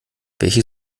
welche